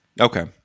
Okay